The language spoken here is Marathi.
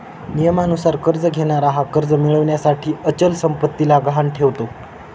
नियमानुसार कर्ज घेणारा हा कर्ज मिळविण्यासाठी अचल संपत्तीला गहाण ठेवतो